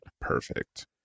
perfect